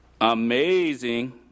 amazing